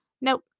Nope